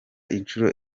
inshuro